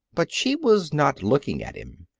but she was not looking at him.